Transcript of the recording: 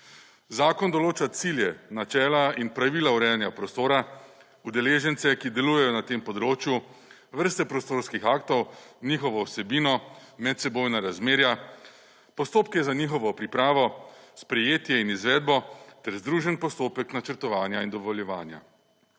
Zakon določa cilje, načela in pravila urejanja prostora, udeležence, ki delujejo na tem področju, vrste prostorskih aktov, njihovo vsebino, medsebojna razjerja, postopke za njihovo pripravo, sprejetje in izvedbo ter združen postopek načrtovanja in dovoljevanja.